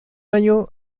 año